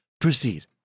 proceed